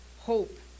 Hope